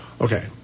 okay